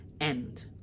end